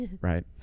right